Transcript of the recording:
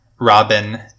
Robin